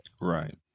Right